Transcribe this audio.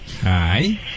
Hi